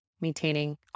Maintaining